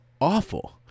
awful